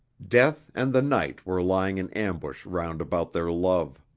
death and the night were lying in ambush round about their love.